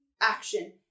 action